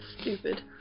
Stupid